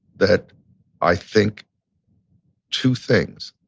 that i think two things.